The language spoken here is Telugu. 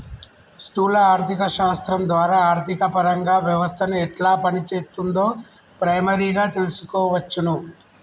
స్థూల ఆర్థిక శాస్త్రం ద్వారా ఆర్థికపరంగా వ్యవస్థను ఎట్లా పనిచేత్తుందో ప్రైమరీగా తెల్సుకోవచ్చును